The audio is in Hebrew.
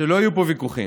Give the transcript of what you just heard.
שלא יהיו פה ויכוחים: